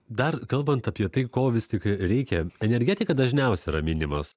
dar kalbant apie tai ko vis tik reikia energetika dažniausia yra minimas